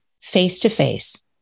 face-to-face